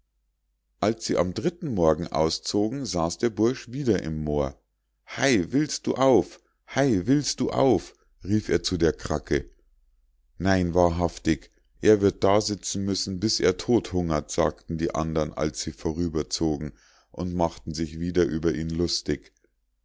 als sie am dritten morgen auszogen saß der bursch wieder im moor hei willst du auf hei willst du auf rief er zu der kracke nein wahrhaftig er wird da sitzen müssen bis er todthungert sagten die andern als sie vorüberzogen und machten sich wieder über ihn lustig